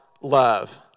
love